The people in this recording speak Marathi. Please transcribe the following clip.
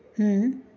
हं